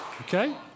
Okay